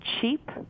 cheap